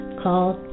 called